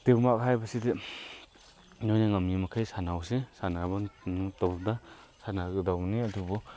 ꯇꯤꯝꯋꯥꯔꯛ ꯍꯥꯏꯕꯁꯤꯗꯤ ꯅꯣꯏꯅ ꯉꯝꯃꯤ ꯃꯈꯩ ꯁꯥꯟꯅꯧꯁꯤ ꯁꯥꯟꯅꯕ ꯃꯇꯝꯗ ꯁꯥꯟꯅꯒꯗꯧꯅꯦ ꯑꯗꯨꯕꯨ